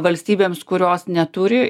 valstybėms kurios neturi